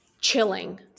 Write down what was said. chilling